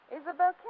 Isabel